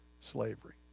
slavery